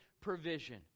provision